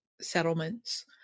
settlements